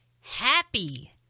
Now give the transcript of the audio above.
happy